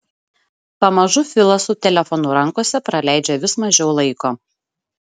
pamažu filas su telefonu rankose praleidžia vis mažiau laiko